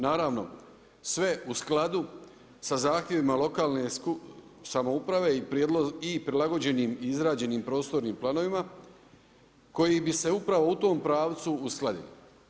Naravno sve u skladu sa zahtjevima lokalne samouprave i prilagođenim izrađenim prostornim planovima koji bi se upravo u tom pravcu uskladili.